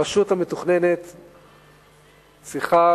הרשות המתוכננת צריכה,